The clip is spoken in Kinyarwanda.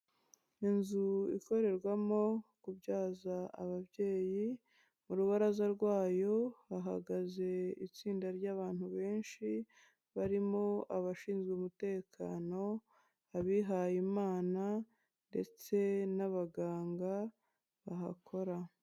Inzu ikorerwamo kubyaza ababyeyi, urubaraza rwayo hahagaze itsinda ry'abantu benshi, barimo abashinzwe umutekano, abihaye Imana ndetse n'abaganga bahakora.